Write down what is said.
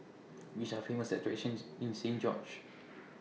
Which Are Famous attractions in Saint George's